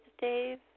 Dave